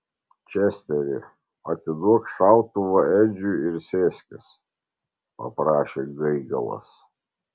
česteri atiduok šautuvą edžiui ir sėskis paprašė gaigalas